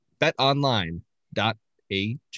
betonline.ag